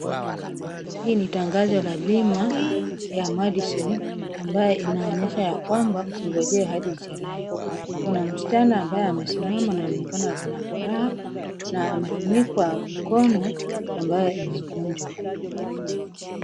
Hii ni tangazo la bima ya Madison ambayo inaonyesha ya kwamba usingonjee hadi usalae. Kuna msichana ambaye amesimama anaonekana ako na furaha na amefunika mkono ambayo imekunjwa.